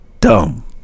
dumb